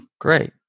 Great